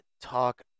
talk